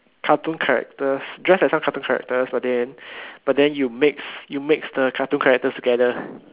cartoon characters dress as some cartoon characters but then but then you mix you mix the cartoon characters together